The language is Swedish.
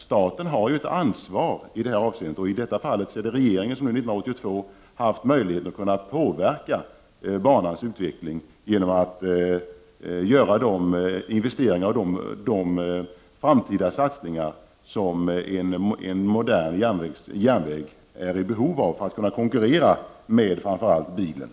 Staten har ett ansvar i detta avsende, och i det här fallet har regeringen sedan år 1982 haft möjlighet att påverka banans utveckling genom att göra de investeringar och framtida satsningar som en modern järnväg är i behov av för att kunna konkurrera med framför allt bilen.